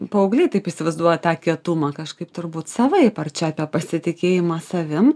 paaugliai taip įsivaizduoja tą kietumą kažkaip turbūt savaip ar čia apie pasitikėjimą savim